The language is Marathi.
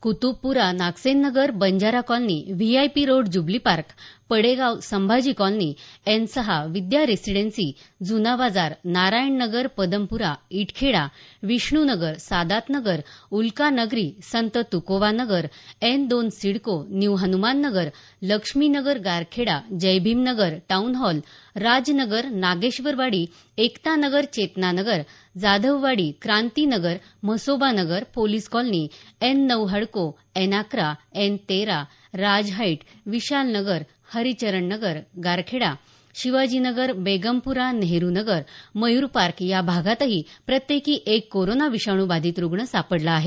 Kutubpura Nagsen Nagar Banjara colony VIP road jubilee park Padegaon Sambhaji colony N सहा विद्या रेसिडेन्सी जुना बाजार नारायण नगर पद्मपुरा इटखेडा विष्णू नगर सादात नगर उल्का नगरी संत तुकोबा नगर एन दोन CIDCO new Hanuman Nagar Laxmi Nagar Garkheda Jaibhim Nagar town hall Raj Nagar Nageshwarwadi Ekta Nagar Chetna Nagar Jadhavwadi Kranti Nagar Mhasoba Nagar police colony N नऊ हडको एन अकरा एन तेरा राज हाईट विशाल नगर हरिचरण नगर गारखेडा शिवाजी नगर बेगमप्रा नेहरू नगर मयूर पार्क या भागातही प्रत्येकी एक कोरोना विषाणू बाधित रुग्ण सापडला आहे